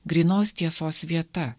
grynos tiesos vieta